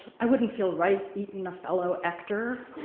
i wouldn't feel right eatin' a fellow actor.